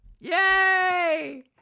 Yay